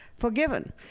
forgiven